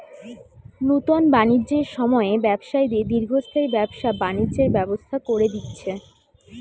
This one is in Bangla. নুতন বাণিজ্যের সময়ে ব্যবসায়ীদের দীর্ঘস্থায়ী ব্যবসা বাণিজ্যের ব্যবস্থা কোরে দিচ্ছে